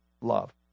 love